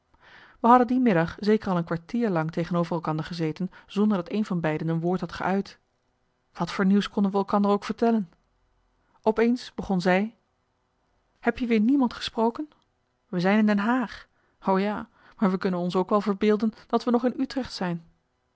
we hadden die middag zeker al een kwartier lang tegenover elkander gezeten zonder dat een van beiden een woord had geuit wat voor nieuws konden we elkander ook vertellen op eens begon zij heb je weer niemand gesproken we zijn in den haag o ja maar we kunnen ons ook wel verbeelden dat we nog in utrecht zijn